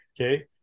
Okay